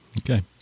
Okay